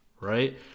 right